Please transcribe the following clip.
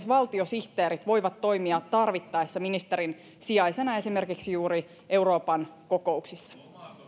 valtiosihteerit voivat toimia tarvittaessa ministerin sijaisena esimerkiksi juuri euroopan kokouksissa